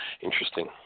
Interesting